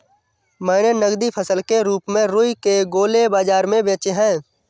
मैंने नगदी फसल के रूप में रुई के गोले बाजार में बेचे हैं